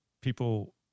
people